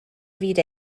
fyd